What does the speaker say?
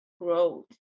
growth